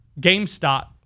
GameStop